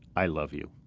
i love you.